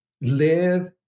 live